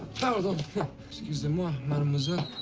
thousand excusez-moi, mademoiselle.